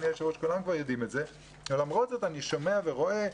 כולם כבר יודעים את זה ולמרות זאת אני שומע ורואה.